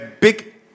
big